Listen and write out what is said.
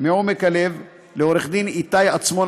מעומק הלב לעו"ד איתי עצמון,